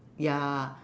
ya